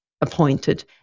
appointed